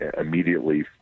immediately